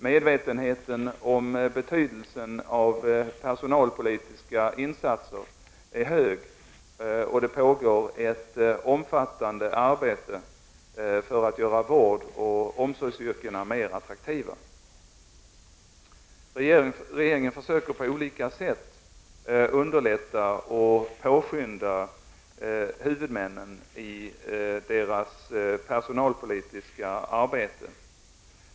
Medvetenheten om betydelsen av personalpolitiska insatser är hög, och det pågår ett omfattande arbete för att göra vårdoch omsorgsyrkena mer attraktiva. Regeringen försöker på olika sätt underlätta för och påskynda huvudmännen i deras personalpolitiska arbete.